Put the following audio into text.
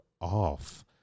Off